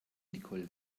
nicole